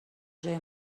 جایی